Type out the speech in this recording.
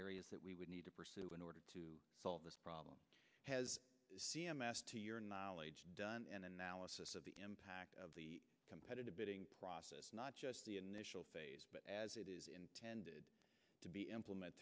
areas that we would need to pursue in order to solve this problem has c m s to your knowledge done an analysis of the impact of the competitive bidding process not just the initial phase but as it is intended to be implement